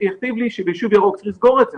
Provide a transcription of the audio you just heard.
יכתיב לי שביישוב ירוק צריך לסגור את זה?